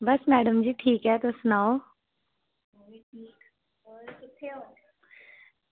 बस madam ji ठीक ऐ तुस सनाओ